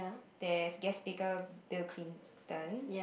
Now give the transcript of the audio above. there's guest speaker Bill-Clinton